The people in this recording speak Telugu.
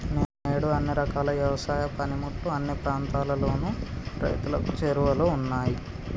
నేడు అన్ని రకాల యవసాయ పనిముట్లు అన్ని ప్రాంతాలలోను రైతులకు చేరువలో ఉన్నాయి